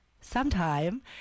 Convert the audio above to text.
sometime